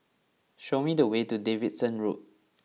show me the way to Davidson Road